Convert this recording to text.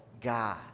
God